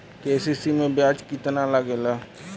KCC में ब्याज कितना लागेला?